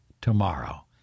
tomorrow